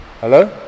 Hello